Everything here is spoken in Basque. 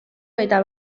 eta